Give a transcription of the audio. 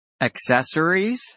Accessories